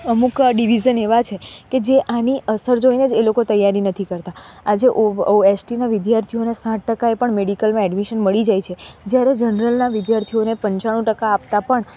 અમુક ડિવિઝન એવા છે કે જે આની અસર જોઈને જ એ લોકો તૈયારી નથી કરતાં આજે એસટીના વિદ્યાર્થીઓને સાઠ ટકાએ પણ મેડિકલમાં એડમિશન મળી જાય છે જ્યારે જનરલના વિદ્યાર્થીઓને પંચાણુ ટકા આપતા પણ